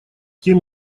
тем